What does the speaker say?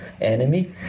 enemy